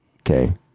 Okay